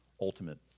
ultimate